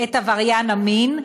את עבריין המין,